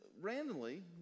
randomly